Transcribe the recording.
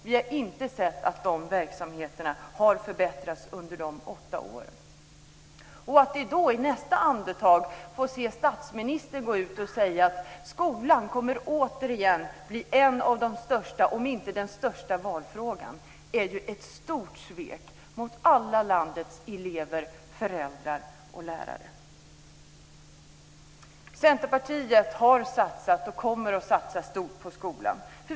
Vi har inte sett att de verksamheterna har förbättrats under de åtta åren. När statsministern säger att skolan återigen kommer att bli en av de största, om inte den största, valfrågan är det ett stort svek mot alla landets elever, föräldrar och lärare. Centerpartiet har satsat och kommer att satsa stort på skolan.